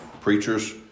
preachers